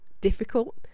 difficult